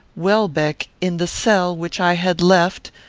welbeck in the cell which i had left,